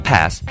Pass